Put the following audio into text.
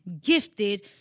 gifted